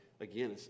again